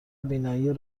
بینایی